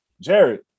Jared